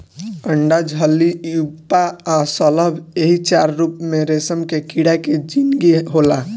अंडा इल्ली प्यूपा आ शलभ एही चार रूप में रेशम के कीड़ा के जिनगी होला